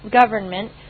government